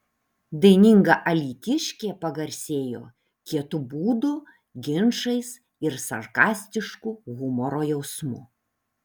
daininga alytiškė pagarsėjo kietu būdu ginčais ir sarkastišku humoro jausmu